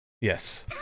Yes